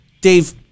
Dave